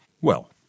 Well